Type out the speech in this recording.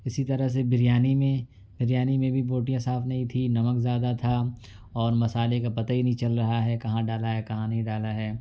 اسی طرح سے بریانی میں بریانی میں بھی بوٹیاں صاف نہیں تھی نمک زیادہ تھا اور مصالحے کا پتہ ہی نہیں چل رہا ہے کہاں ڈالا ہے کہاں نہیں ڈالا ہے